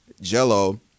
Jello